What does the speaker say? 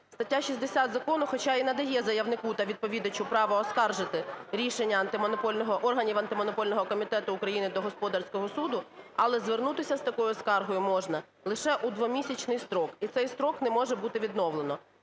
Стаття 60 закону хоча й надає заявнику та відповідачу право оскаржити рішення Антимонопольного… органів Антимонопольного комітету України до Господарського суду, але звернутися з такою скаргою можна лише у двомісячний строк, і цей строк не може бути відновлено.